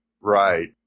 Right